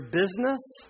business